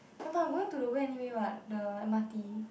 I'm not going to the way anyway what the M_R_T